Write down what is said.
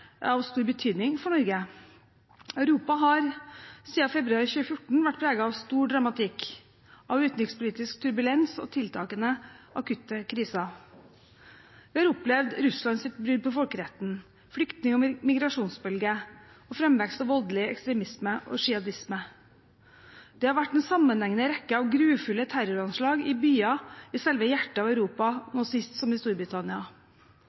av stor betydning for Norge. Europa har siden februar 2014 vært preget av stor dramatikk, utenrikspolitisk turbulens og tiltagende akutte kriser. Vi har opplevd Russlands brudd på folkeretten, flyktninger og migrasjonsbølge og framvekst av voldelig ekstremisme og jihadisme. Det har vært en sammenhengende rekke av grufulle terroranslag i byer i selve hjertet av Europa, nå sist i Storbritannia.